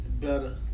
better